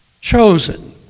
chosen